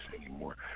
anymore